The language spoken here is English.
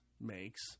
makes